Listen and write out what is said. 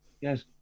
yes